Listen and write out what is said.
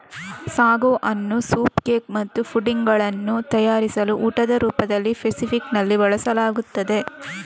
sago ಅನ್ನು soup cake ಮತ್ತು pudding ಗಳನ್ನು ತಯಾರಿಸಲು ಊಟದ ರೂಪದಲ್ಲಿ ಫೆಸಿಫಿಕ್ ನಲ್ಲಿ ಬಳಸಲಾಗುತ್ತದೆ